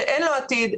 אין לו עתיד,